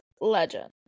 legend